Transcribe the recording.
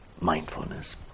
mindfulness